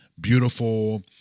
beautiful